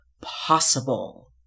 possible